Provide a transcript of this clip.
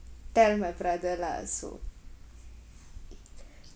tell my brother lah so